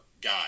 guy